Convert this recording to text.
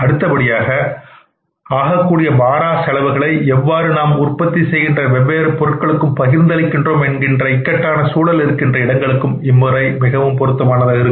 அடுத்தபடியாக ஆகக்கூடிய மாறா செலவுகளை எவ்வாறு நாம் உற்பத்தி செய்கின்ற வெவ்வேறு பொருட்களுக்கும் பகிர்ந்து அளிக்கின்றோம் என்கின்ற இக்கட்டான சூழல் இருக்கின்ற இடங்களுக்கும் இம்முறை பொருத்தமானதாக இருக்கும்